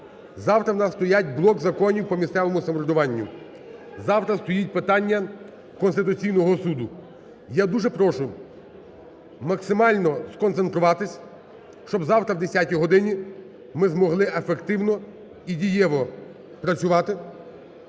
Завтра у нас стоять блок законів по місцевому самоврядуванню. Завтра стоїть питання Конституційного Суду. Я дуже прошу максимально сконцентруватись, щоб завтра о 10 годині ми змогли ефективно і дієво працювати.